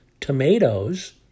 tomatoes